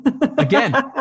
Again